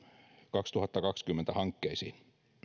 kaksituhattakaksikymmentä hankkeisiin